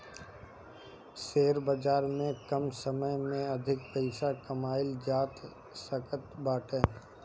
share बाजार में कम समय में अधिका पईसा कमाईल जा सकत बाटे